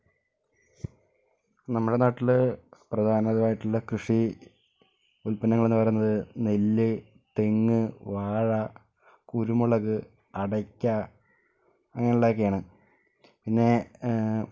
നമ്മുടെ നാട്ടില് പ്രധാനമായിട്ടുള്ള കൃഷി ഉൽപ്പന്നങ്ങൾ എന്ന് പറയുന്നത് നെല്ല് തെങ്ങ് വാഴ കുരുമുളക് അടയ്ക്ക അങ്ങനൊള്ളതക്കെയാണ് പിന്നെ